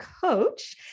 coach